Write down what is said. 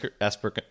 Esper